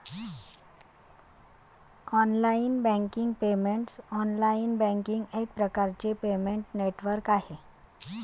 online banking payments online banking एक प्रकारचे payment network आहे